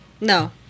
No